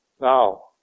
Now